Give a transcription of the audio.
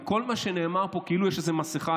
וכל מה שנאמר פה כאילו יש איזו מסכה,